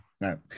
No